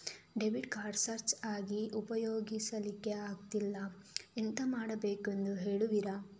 Debit card scratch ಆಗಿ ಉಪಯೋಗಿಸಲ್ಲಿಕ್ಕೆ ಆಗ್ತಿಲ್ಲ, ಎಂತ ಮಾಡುದೆಂದು ಹೇಳುವಿರಾ?